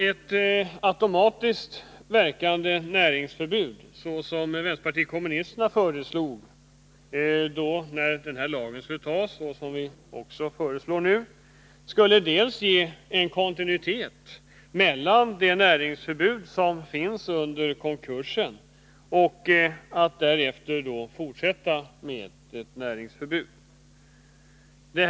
Ett automatiskt verkande näringsförbud, som vänsterpartiet kommunisterna föreslog i samband med att lagen antogs och som vi också föreslår nu, skulle här ge en kontinuitet så att det näringsförbud som nu kan meddelas i samband med upprepade konkurser innebär förbud för konkursgäldenären att fortsätta med näringsverksamhet.